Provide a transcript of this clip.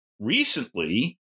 Recently